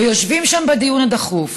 ויושבים שם בדיון הדחוף